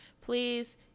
please